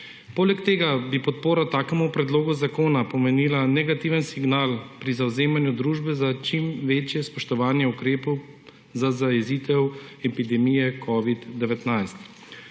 Poleg tega bi podpora takemu predlogu zakona pomenila negativen signal pri zavzemanju družbe za čim večje spoštovanje ukrepov za zajezitev epidemije covida-19.